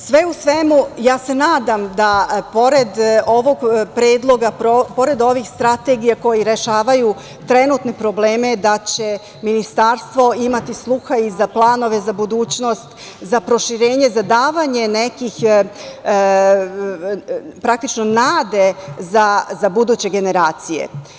Sve u svemu, ja se nadam da pored ovih strategija koji rešavaju trenutne probleme da će Ministarstvo imati sluha i za planove za budućnost, za proširenje, za davanje nekih, praktično nade za buduće generacije.